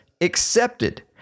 accepted